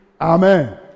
Amen